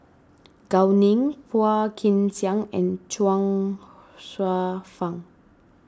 Gao Ning Phua Kin Siang and Chuang Hsueh Fang